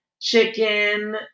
chicken